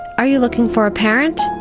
are you looking for a parent?